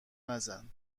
نزن